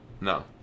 No